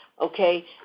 okay